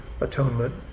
atonement